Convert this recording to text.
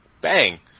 Bang